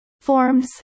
Forms